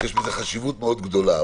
יש בזה חשיבות מאוד גדולה.